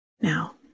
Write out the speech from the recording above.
Now